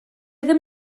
ddim